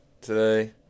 today